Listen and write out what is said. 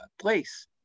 place